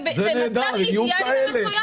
זה מצב אידיאלי.